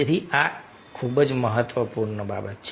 તેથી આ ખૂબ જ મહત્વપૂર્ણ બાબતો છે